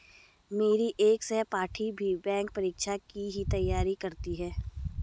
मेरी एक सहपाठी भी बैंक परीक्षा की ही तैयारी करती है